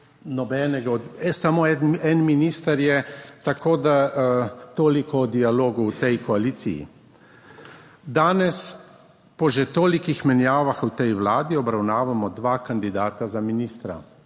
nobenega, samo en minister je. Toliko o dialogu v tej koaliciji. Danes po že toliko menjavah v tej Vladi obravnavamo dva kandidata za ministra,